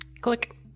Click